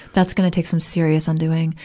that's gonna take some serious undoing.